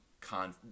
con